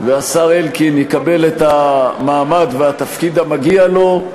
והשר אלקין יקבל את המעמד והתפקיד המגיעים לו.